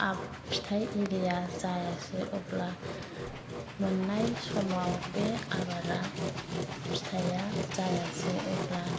फिथाइ आरिआ जायासै अब्ला मोननाय समाव बे आबादा फिथाइआ जायासै अब्ला